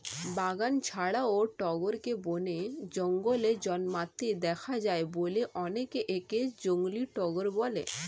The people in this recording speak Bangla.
বাগান ছাড়াও টগরকে বনে, জঙ্গলে জন্মাতে দেখা যায় বলে অনেকে একে জংলী টগর বলে